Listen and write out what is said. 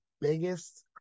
biggest